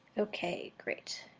okay. great.